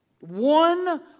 One